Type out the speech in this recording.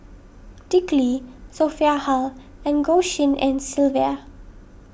Dick Lee Sophia Hull and Goh Tshin En Sylvia